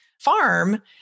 farm